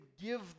give